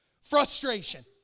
frustration